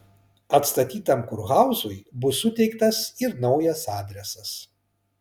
atstatytam kurhauzui bus suteiktas ir naujas adresas